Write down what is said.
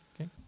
Okay